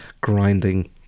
grinding